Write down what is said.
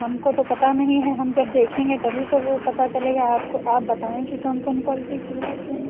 हमको तो पता नहीं है हम जब देखेंगे तभी तो वो पता चलेगा आपको आप बताएँ कि कौन कौन क्वाल्टी की है आपके यहाँ